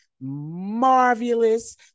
marvelous